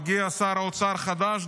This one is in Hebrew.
מגיע שר אוצר חדש,